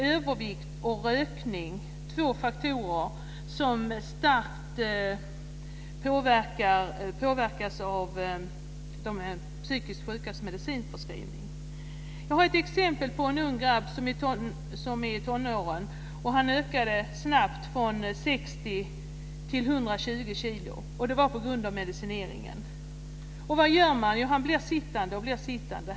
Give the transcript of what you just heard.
Övervikt och rökning är två faktorer som starkt påverkas av förskrivningen av mediciner till de psykiskt sjuka. En ung grabb i tonåren, för att nämna ett exempel, ökade snabbt i vikt, från 60 kilo till 120 kilo, just på grund av medicinering. Vad händer? Jo, han blev sittande, och förblir sittande.